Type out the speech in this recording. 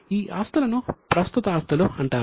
ఈ ఆస్తులను ప్రస్తుత ఆస్తులు అంటారు